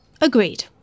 Agreed